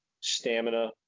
stamina